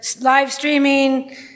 live-streaming